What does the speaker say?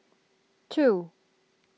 two